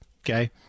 Okay